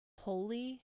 holy